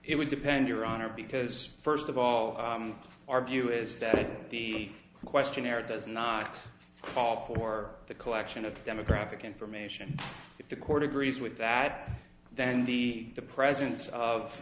it would depend your honor because first of all our view is that the questionnaire does not call for the collection of the demographic information if the court agrees with that than the the presence of